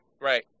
Right